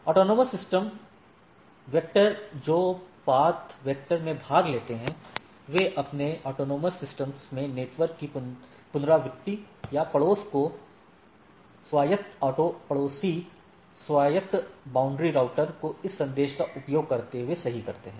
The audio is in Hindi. एएस वेक्टर जो पथ वेक्टर में भाग लेते हैं वे अपने स्वायत्त सिस्टम में नेटवर्क की पुनरावृत्ति या पड़ोसी को स्वायत्त ऑटो पड़ोसी स्वायत्त बाउंड्री राउटर को इस संदेश का उपयोग करते हुए सही करते हैं